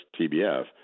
TBF